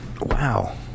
Wow